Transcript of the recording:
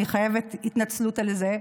אני חייבת התנצלות על זה,